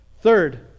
Third